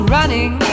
Running